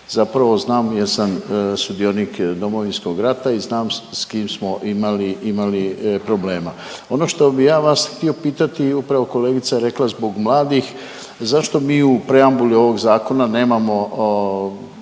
Zapravo znam jer sam sudionik Domovinskog rata i znam s kim smo imali problema. Ono bih ja vas pitati upravo je kolegica rekla zbog mladih, zašto mi u preambuli ovog zakona nemamo